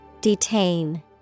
Detain